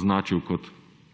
označil kot